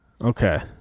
Okay